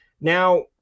now